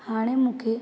हाणे मूंखे